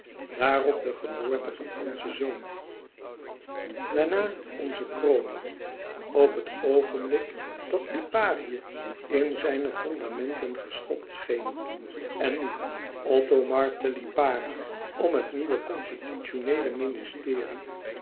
daarop de geboorte van onzen zoon daarna onze kroning op het oogenblik dat liparië in zijne fondamenten geschokt scheen en nu othomar te lipara om het nieuwe constitutioneele ministerie